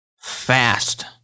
fast